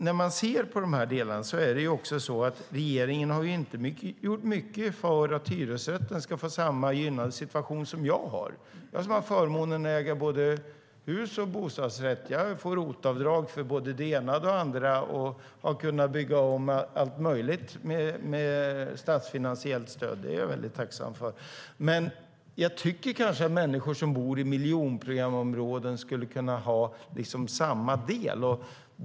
När man ser på de här delarna kan man också notera att regeringen inte har gjort mycket för att hyresrätten ska få samma gynnade situation som jag har. Jag som har förmånen att äga både hus och bostadsrätt får ROT-avdrag för både det ena och det andra och har kunnat bygga om allt möjligt med statsfinansiellt stöd. Det är jag väldigt tacksam för, men jag tycker kanske att människor som bor i miljonprogramsområden skulle kunna ha samma stöd.